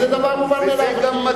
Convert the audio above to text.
הרי זה דבר מובן מאליו.